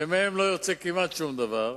שמהן לא יוצא כמעט שום דבר,